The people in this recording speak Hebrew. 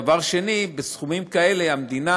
דבר שני, בסכומים כאלה המדינה